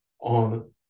on